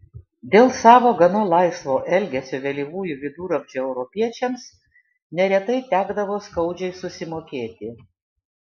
dėl savo gana laisvo elgesio vėlyvųjų viduramžių europiečiams neretai tekdavo skaudžiai susimokėti